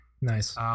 Nice